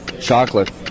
Chocolate